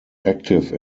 active